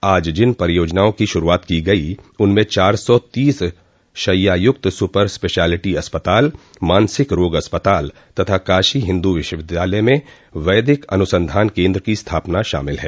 आज जिन परियोजनाओं की श्रूआत की गयो उनमें चार सौ तीस शैय्याय्क्त स्पर स्पेशियालिटी अस्पताल मानसिक रोग अस्पताल तथा काशी हिन्दू विश्वविद्यालय में वैदिक अनुसंधान केन्द्र की स्थापना शामिल है